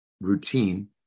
routine